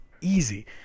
easy